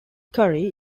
curry